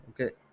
okay